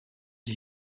die